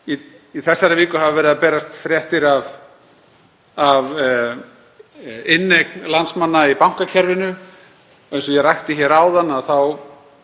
í þessari viku hafa verið að berast fréttir af inneign landsmanna í bankakerfinu. Eins og ég rakti áðan þá